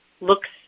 looks